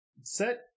set